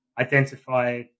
identify